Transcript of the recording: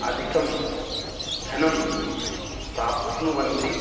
अधिकं धनं प्राप्नुवन्ति